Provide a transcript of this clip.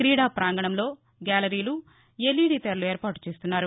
క్రీడా ప్రాంగణంలో గ్యాలరీలు ఎల్ఇడి తెరల ఏర్పాటు చేస్తున్నారు